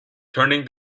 turning